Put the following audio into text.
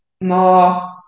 more